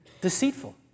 deceitful